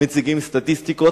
מציגים סטטיסטיקות,